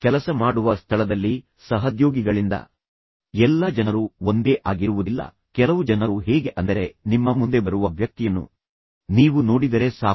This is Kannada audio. ಕೆಲಸ ಮಾಡುವ ಸ್ಥಳದಲ್ಲಿ ಸಹದ್ಯೋಗಿಗಳಿಂದ ಆದ್ದರಿಂದ ಎಲ್ಲಾ ಜನರು ಒಂದೇ ಆಗಿರುವುದಿಲ್ಲ ಕೆಲವು ಜನರು ಹೇಗೆ ಅಂದರೆ ನಿಮ್ಮ ಮುಂದೆ ಬರುವ ವ್ಯಕ್ತಿಯನ್ನು ನೀವು ನೋಡಿದರೆ ಸಾಕು